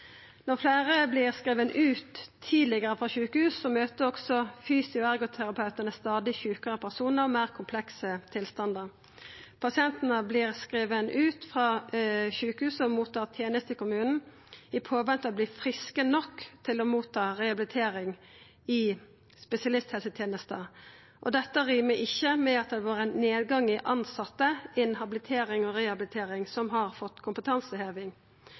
Når fleire vert skrivne ut tidlegare frå sjukehus, møter òg fysioterapeutane og ergoterapeutane stadig sjukare personar, meir komplekse tilstandar. Pasientane vert skrivne ut av sjukehusa mot tenester i kommunen, i påvente av å verta friske nok til å ta imot rehabilitering i spesialisthelsetenesta. Dette rimar ikkje med at det har vore ein nedgang i talet på tilsette innan habilitering og rehabilitering som har fått kompetanseheving.